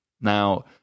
now